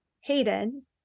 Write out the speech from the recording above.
Hayden